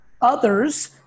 Others